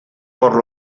por